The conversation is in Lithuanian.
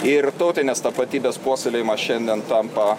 ir tautinės tapatybės puoselėjimas šiandien tampa